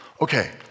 Okay